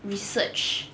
research